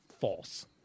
False